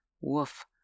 woof